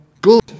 good